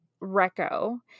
reco